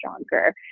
stronger